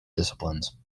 disciplines